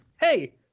Hey